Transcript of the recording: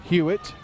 Hewitt